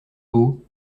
beau